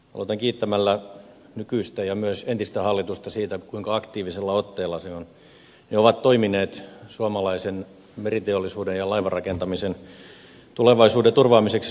aloitan kiittämällä nykyistä ja myös entistä hallitusta siitä kuinka aktiivisella otteella ne ovat toimineet suomalaisen meriteollisuuden ja laivanrakentamisen tulevaisuuden turvaamiseksi suomessa